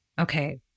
okay